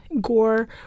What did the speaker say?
gore